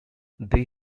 they